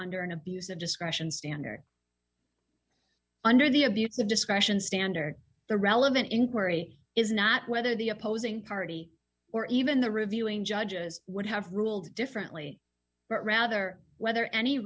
under an abuse of discretion standard under the abuse of discretion standard the relevant inquiry is not whether the opposing party or even the reviewing judges would have ruled differently but rather whether any